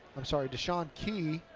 i'm sorry, de'shawn key,